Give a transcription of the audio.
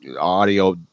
audio